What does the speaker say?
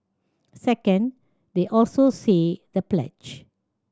second they also say the pledge